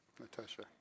Natasha